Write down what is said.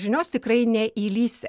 žinios tikrai neįlįsi